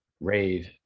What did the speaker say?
rave